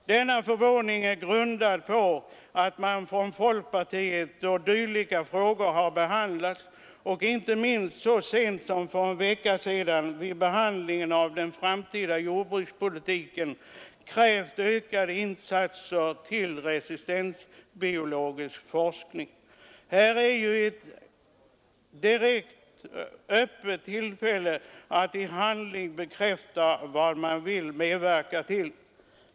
Denna förvåning är grundad på att man från folkpartiet då dylika frågor har behandlats och inte minst så sent som för en vecka sedan vid behandlingen av den framtida jord brukspolitiken krävt ökade insatser till resistensbiologisk forskning. Här har man ett direkt tillfälle att i handling bekräfta vad man sagt sig vilja medverka till.